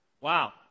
Wow